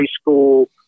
school